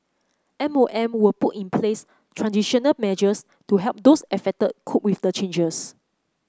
M O M will put in place transitional measures to help those affected cope with the changes